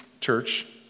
church